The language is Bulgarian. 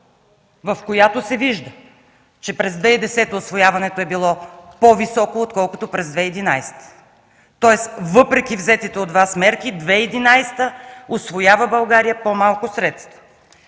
в която се вижда, че през 2010 г. усвояването е било по-високо, отколкото през 2011 г.? Тоест, въпреки взетите от Вас мерки през 2011 г. България усвоява по малко средства.